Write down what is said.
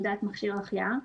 עמדת מכשיר החייאה),